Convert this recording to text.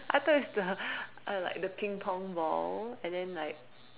I thought it's the or like the Ping pong ball and then like